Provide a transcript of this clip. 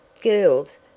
Girls